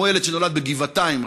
כמו ילד שנולד בגבעתיים,